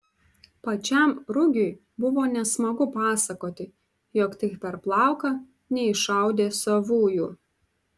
pačiam rugiui buvo nesmagu pasakoti jog tik per plauką neiššaudė savųjų